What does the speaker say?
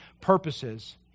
purposes